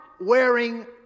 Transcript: wearing